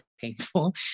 painful